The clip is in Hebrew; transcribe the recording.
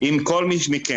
אם כל מי מכם,